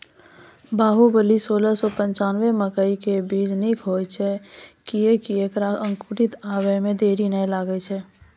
बाहुबली सोलह सौ पिच्छान्यबे मकई के बीज निक होई छै किये की ऐकरा अंकुर आबै मे देरी नैय लागै छै?